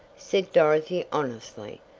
said dorothy honestly,